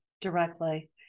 directly